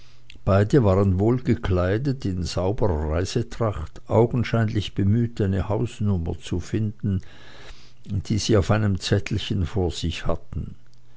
beide waren wohlgekleidet in sauberer reisetracht augenscheinlich bemüht eine hausnummer zu finden die sie auf einem zettelchen vor sich hatten